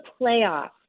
playoffs